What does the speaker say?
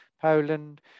Poland